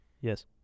Yes